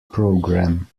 programme